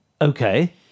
Okay